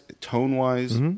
tone-wise